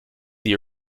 the